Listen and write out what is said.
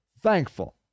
thankful